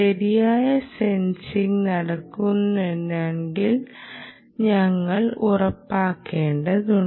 ശരിയായ സെൻസിംഗ് നടക്കുന്നുണ്ടെന്ന് ഞങ്ങൾ ഉറപ്പാക്കേണ്ടതുണ്ട്